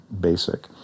basic